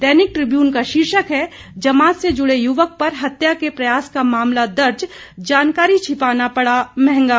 दैनिक Tribune का शीर्षक है जमात से जुड़े युवक पर हत्या के प्रयास का मामला दर्ज जानकारी छिपाना पड़ा महंगा